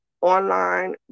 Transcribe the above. online